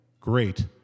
Great